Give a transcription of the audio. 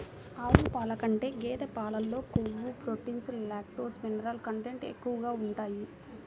ఆవు పాల కంటే గేదె పాలలో కొవ్వు, ప్రోటీన్, లాక్టోస్, మినరల్ కంటెంట్ ఎక్కువగా ఉంటాయి